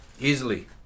Easily